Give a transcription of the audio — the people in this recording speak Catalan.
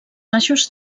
baixos